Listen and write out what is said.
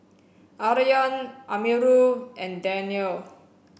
Aryan Amirul and Daniel